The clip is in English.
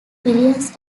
billions